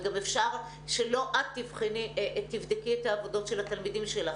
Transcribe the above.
וגם אפשר שלא את תבדקי את העבודות של התלמידים שלך